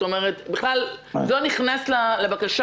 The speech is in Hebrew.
כלומר זה בכלל לא נכנס לבקשה.